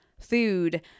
food